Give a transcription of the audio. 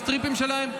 בסטריפים שלהם,